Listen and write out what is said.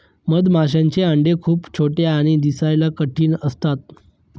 मधमाशांचे अंडे खूप छोटे आणि दिसायला कठीण असतात